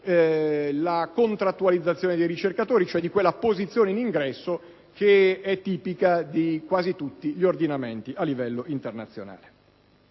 la contrattualizzazione dei ricercatori, ossia di quella posizione in ingresso che è tipica di quasi tutti gli ordinamenti a livello internazionale.